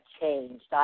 changed